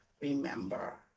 remember